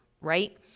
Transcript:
right